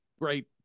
Great